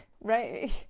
Right